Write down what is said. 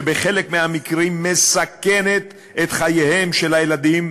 שבחלק מהמקרים מסכנת את חייהם של הילדים,